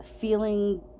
feeling